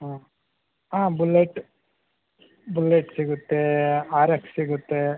ಹಾಂ ಹಾಂ Bullet Bullet ಸಿಗುತ್ತೆ ಆರ್ ಎಕ್ಸ್ ಸಿಗುತ್ತೆ